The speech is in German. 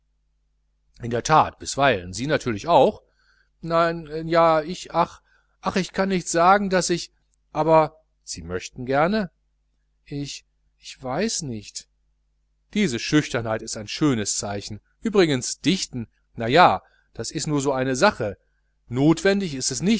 in der that bisweilen sie natürlich auch ach nein ich nein ich kann nicht sagen daß ich aber sie möchten gerne ich weiß nicht diese schüchternheit ist ein schönes zeichen übrigens dichten na ja das is nu so ne sache notwendig ist es